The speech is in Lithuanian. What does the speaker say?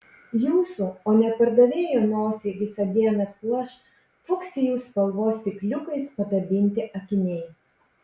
jūsų o ne pardavėjo nosį visą dieną puoš fuksijų spalvos stikliukais padabinti akiniai